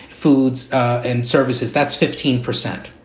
foods and services, that's fifteen percent.